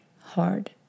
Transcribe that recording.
hard